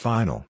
Final